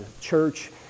church